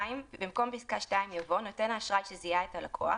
במקום פסקה (2) יבוא: "(2) נותן האשראי שזיהה את הלקוח